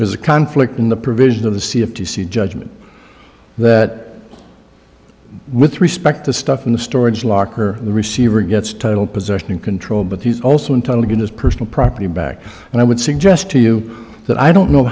there's a conflict in the provision of the see if you see judgment that with respect to stuff in the storage locker the receiver gets title possession and control but he's also in time to get his personal property back and i would suggest to you that i don't know